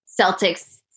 Celtics